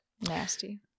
nasty